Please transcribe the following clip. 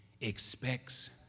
expects